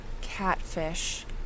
catfish